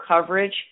coverage